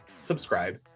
subscribe